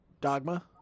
Dogma